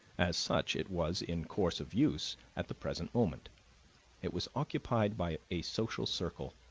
as such it was in course of use at the present moment it was occupied by a social circle.